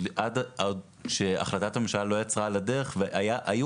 עוד כשהחלטת הממשלה לא יצאה לדרך והיו